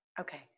Okay